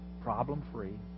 problem-free